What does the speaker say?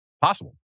possible